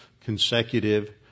consecutive